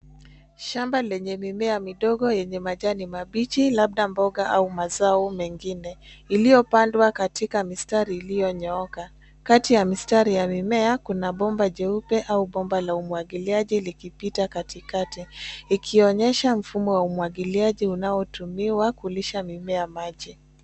Shamba lenye mimea midogo, yenye majani mabichi, labda mboga au mazao mengine, iliyopandwa katika mistari iliyonyooka. Kati ya mistari ya mimea, kuna bomba jeupe, au bomba la umwagiliaji likipita katikati, likionyesha mfumo wa umwagiliaji unaotumiwa kulisha mimea maji.